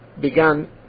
began